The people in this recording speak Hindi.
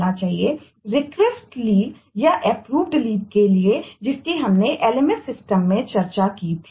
इसलिए यह अधिकतर लाइफलाइन में चर्चा की थी